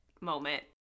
moment